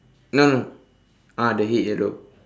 no no ah the head yellow